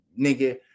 nigga